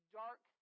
dark